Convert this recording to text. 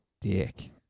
dick